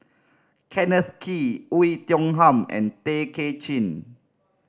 Kenneth Kee Oei Tiong Ham and Tay Kay Chin